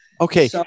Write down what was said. Okay